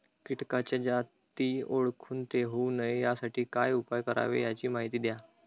किटकाच्या जाती ओळखून ते होऊ नये यासाठी काय उपाय करावे याची माहिती द्या